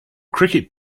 cricket